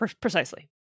precisely